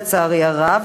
לצערי הרב.